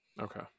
Okay